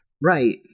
right